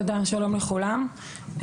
שלום לכולם,